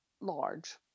large